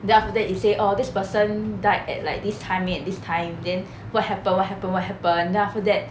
then after that he say err this person died at like this time and this time then what happen what happen what happen then after that